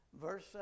Verse